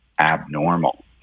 abnormal